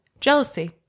Jealousy